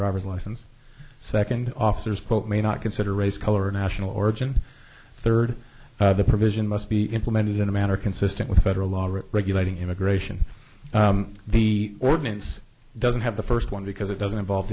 driver's license second officers quote may not consider race color or national origin third the provision must be implemented in a manner consistent with federal law regulating immigration the ordinance doesn't have the first one because it doesn't involve